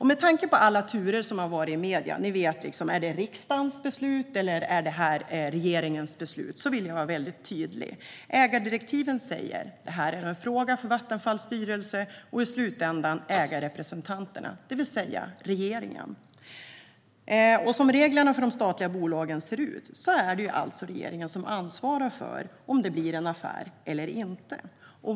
Med tanke på alla turer som har varit i medierna - det har kommit olika bud i frågan om det är riksdagen eller regeringen som ska fatta beslutet - vill jag vara väldigt tydlig. Ägardirektiven säger att detta är en fråga för Vattenfalls styrelse och i slutändan ägarrepresentanterna, det vill säga regeringen. Som reglerna för de statliga bolagen ser ut är det alltså regeringen som ansvarar för om det blir en affär eller inte.